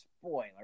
spoiler